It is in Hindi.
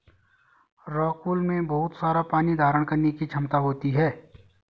रॉकवूल में बहुत सारा पानी धारण करने की क्षमता होती है